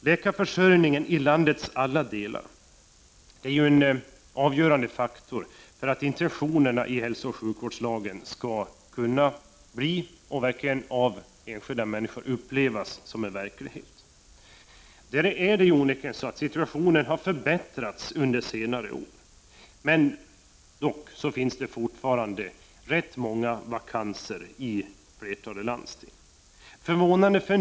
Läkarförsörjningen i landets alla delar är en avgörande faktor för att hälsooch sjukvårdslagens intentioner skall kunna bli verklighet och upplevas som så av enskilda människor. Situationen har onekligen förbättrats under senare år, men det finns fortfarande många vakanser i flertalet landsting.